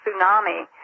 tsunami